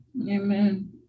Amen